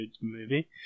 movie